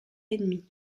ennemis